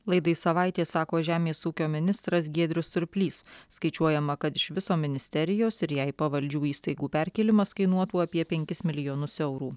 laidai savaitė sako žemės ūkio ministras giedrius surplys skaičiuojama kad iš viso ministerijos ir jai pavaldžių įstaigų perkėlimas kainuotų apie penkis milijonus eurų